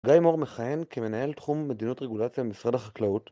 גיא מור מכהן כמנהל תחום מדיניות רגולציה במשרד החקלאות